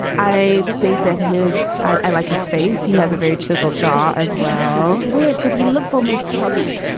i think that his. i like his face. he has a very chiseled jaw as well as weird because he looks almost chubby.